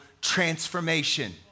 transformation